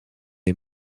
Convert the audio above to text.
est